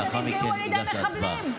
שנפגעו על ידי מחבלים.